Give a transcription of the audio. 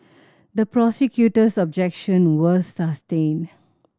the prosecutor's objection was sustained